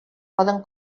poden